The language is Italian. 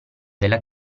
della